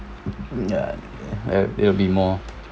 ya it will be more